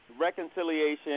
reconciliation